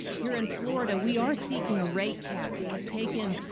here in florida, we are seeking a rate cap. we have taken,